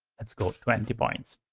let's go twenty points.